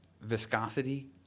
viscosity